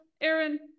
Aaron